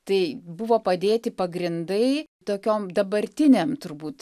tai buvo padėti pagrindai tokiom dabartiniam turbūt